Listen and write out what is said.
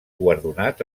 guardonat